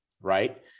right